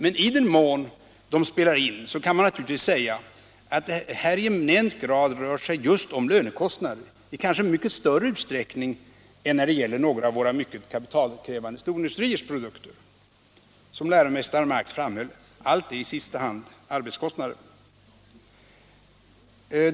Men i den mån de spelar in kan man naturligtvis säga att det här i eminent grad rör sig om just lönekostnader, kanske i mycket större utsträckning än när det gäller några av våra mycket kapitalkrävande storindustriers produkter. Som läromästaren Marx framhöll: Allt är i sista hand arbetskostnader.